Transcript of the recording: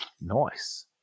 Nice